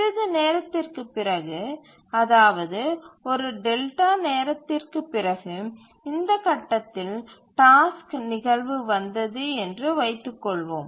சிறிது நேரத்திற்குப் பிறகு அதாவது ஒரு டெல்டா நேரத்திற்குப் பிறகு இந்த கட்டத்தில் டாஸ்க் நிகழ்வு வந்தது என்று வைத்துக் கொள்வோம்